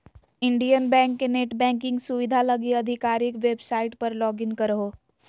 Indian bank के net banking सुविधा लगी आधिकारिक वेबसाइट पर लॉगिन करहो